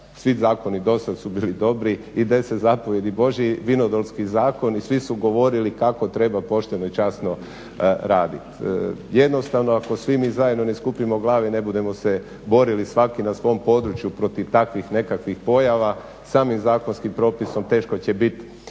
svi zakoni dosad su bili dobri i 10 zapovjedi Božjih i vinodolski zakon i svi su govorili kako treba pošteno i časno radit. Jednostavno ako svi mi zajedno ne skupimo glave i ne budemo se borili svaki na svom području protiv takvih nekakvih pojava, samim zakonskim propisom teško će bit